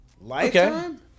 Lifetime